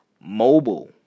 mobile